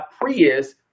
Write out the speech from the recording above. Prius